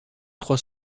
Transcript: trois